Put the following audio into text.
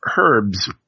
herbs